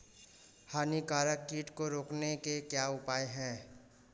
हानिकारक कीट को रोकने के क्या उपाय हैं?